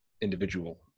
individual